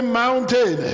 mountain